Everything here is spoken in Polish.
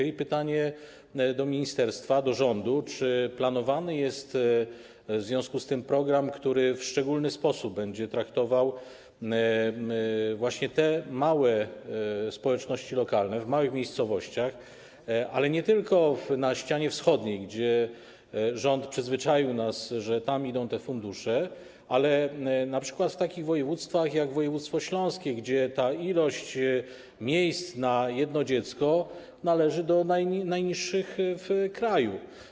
I pytanie do ministerstwa, do rządu, czy planowany jest w związku z tym program, który w szczególny sposób będzie traktował te małe społeczności lokalne w małych miejscowościach, ale nie tylko na ścianie wschodniej, bo rząd przyzwyczaił nas, że tam idą te fundusze, ale np. w takich województwach jak województwo śląskie, gdzie ta liczba miejsc na jedno dziecko należy do najniższych w kraju.